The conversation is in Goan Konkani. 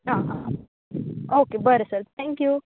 हां ओके बरें सर थँक यू